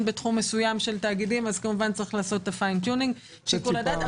בתחום מסוים אז יש לעשות את שיקול הדעת.